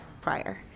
prior